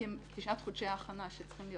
לתשעת חודשי ההכנה שצריכים להיות,